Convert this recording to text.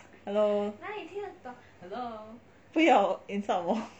hello 不要 insult 我